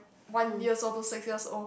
one years old to six years old